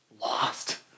Lost